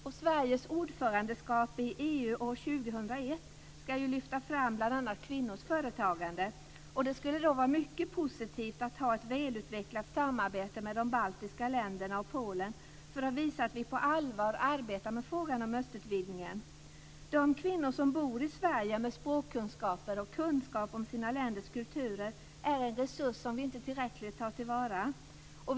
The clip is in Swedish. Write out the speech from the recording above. Under Sveriges ordförandeskap i EU år 2001 ska bl.a. kvinnors företagande lyftas fram. Det skulle vara mycket positivt att ha ett välutvecklat samarbete med de baltiska länderna och Polen för att visa att vi arbetar på allvar med frågan om östutvidgningen. De kvinnor som bor i Sverige med språkkunskaper och kunskaper om sina länders kulturer är en resurs som vi inte tar till vara tillräckligt mycket.